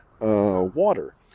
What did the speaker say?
water